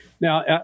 Now